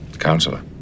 Counselor